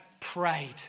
prayed